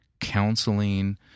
counseling